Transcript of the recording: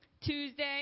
Tuesday